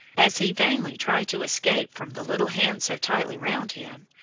as he vainly tried to escape from the little hands so tightly round him,